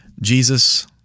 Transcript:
Jesus